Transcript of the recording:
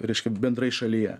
reiškia bendrai šalyje